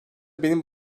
benim